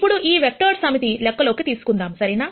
ఇప్పుడు ఈ వెక్టర్స్ సమితిని లెక్కలోకి తీసుకుందాము సరేనా